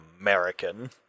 American